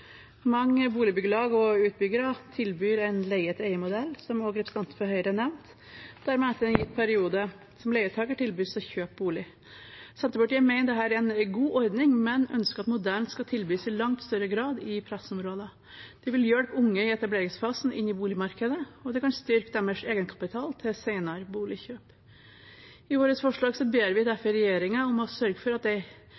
Mange boligbyggelag og utbyggere tilbyr en leie-til-eie-modell, som også representanten fra Høyre nevnte, der man etter en gitt periode som leietaker tilbys å kjøpe boligen. Senterpartiet mener dette er en god ordning, men ønsker at modellen skal tilbys i langt større grad i pressområder. Det vil hjelpe unge i etableringsfasen inn i boligmarkedet, og det kan styrke deres egenkapital til senere boligkjøp. I vårt forslag ber vi